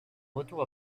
retour